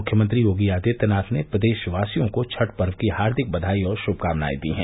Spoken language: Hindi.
मुख्यमंत्री योगी आदित्यनाथ ने प्रदेशवासियों को छठ पर्व की हार्दिक बधाई और श्मकामनाएं दी हैं